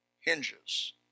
hinges